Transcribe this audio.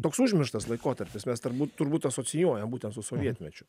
toks užmirštas laikotarpis mes turbūt turbūt asocijuoja būtent su sovietmečiu